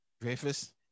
Dreyfus